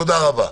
תודה רבה.